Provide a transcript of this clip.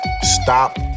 Stop